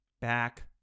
back